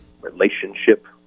relationship